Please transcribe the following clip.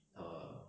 err